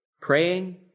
praying